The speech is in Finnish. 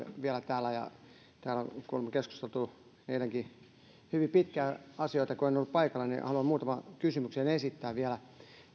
vielä täällä paikalla täällä on kuulemma keskusteltu eilenkin hyvin pitkään asioista kun en ollut paikalla niin haluan muutaman kysymyksen esittää vielä